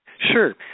Sure